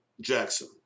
Jackson